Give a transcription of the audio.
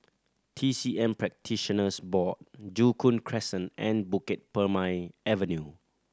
T C M Practitioners Board Joo Koon Crescent and Bukit Purmei Avenue